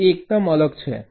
A એકદમ અલગ છે